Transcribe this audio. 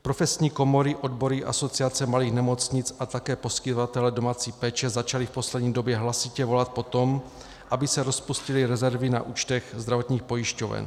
Profesní komory, odbory, Asociace malých nemocnic a také poskytovatelé domácí péče začali v poslední době hlasitě volat po tom, aby se rozpustily rezervy na účtech zdravotních pojišťoven.